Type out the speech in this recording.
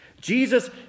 Jesus